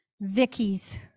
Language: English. Vicky's